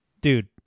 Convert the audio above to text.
dude